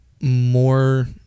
more